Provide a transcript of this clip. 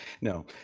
No